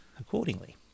accordingly